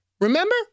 Remember